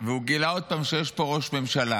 והוא גילה עוד פעם שיש פה ראש ממשלה.